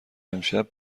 امشب